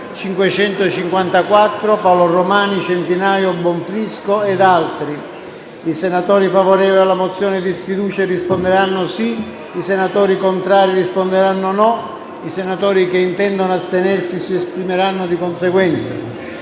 Paolo, Centinaio, Bonfrisco e da altri senatori. I senatori favorevoli alla mozione di sfiducia risponderanno sì; i senatori contrari risponderanno no; i senatori che intendono astenersi si esprimeranno di conseguenza.